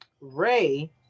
Ray